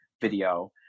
video